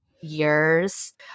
years